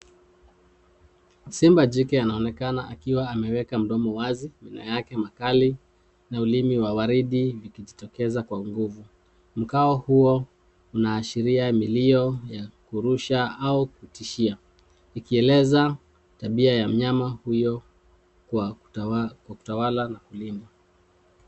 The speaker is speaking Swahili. Simba jike anaonekana akiwa ameweka mdomo wazi na yake makali na ulimi wa waridi vikijitokeza kwa nguvu, mkao huyo unaashiria milio ya kurusha au kutishia, ikieleza tabia ya mnyama huyo kwa kutawala na kulinda.